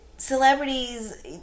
celebrities